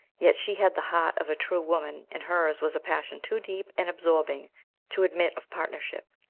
yet she had the heart of a true woman, and hers was a passion too deep and absorbing to admit of partnership,